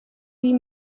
wie